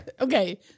Okay